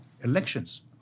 Elections